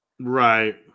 Right